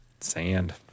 Sand